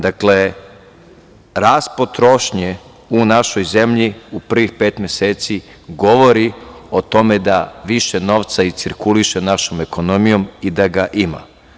Dakle, rast potrošnje u našoj zemlji, u prvih pet meseci govori o tome da više novca cirkuliše našom ekonomijom i da ga ima.